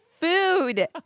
food